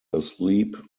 asleep